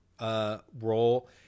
role